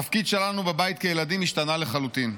התפקיד שלנו בבית כילדים השתנה לחלוטין.